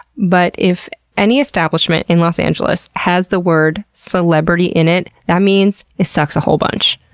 but if any establishment in los angeles has the word celebrity in it, that means it sucks a whole bunch.